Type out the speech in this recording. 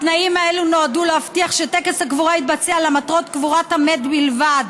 התנאים האלה נועדו להבטיח שטקס הקבורה יתבצע למטרות קבורת המת בלבד